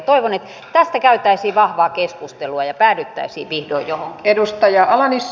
toivon että tästä käytäisiin vahvaa keskustelua ja päädyttäisiin vihdoin johonkin